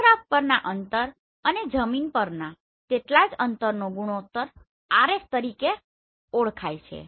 photograph પરના અંતર અને જમીન પરના તેટલા જ અંતરનો ગુણોતર RF તરીકે ઓળખાય છે